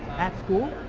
at school?